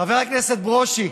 חבר הכנסת ברושי,